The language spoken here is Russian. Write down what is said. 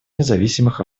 независимых